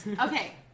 Okay